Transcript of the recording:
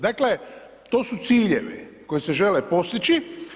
Dakle to su ciljevi koji se žele postići.